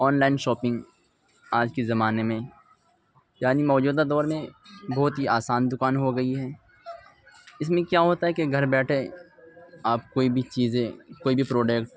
online shopping آج کے زمانے میں یعنی موجودہ دور میں بہت ہی آسان دکان ہو گئی ہے اس میں کیا ہوتا ہے کہ گھر بیٹھے آپ کوئی بھی چیزیں کوئی بھی پروڈکٹ